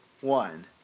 one